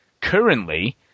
currently